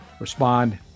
respond